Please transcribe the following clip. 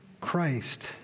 Christ